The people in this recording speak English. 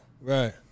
right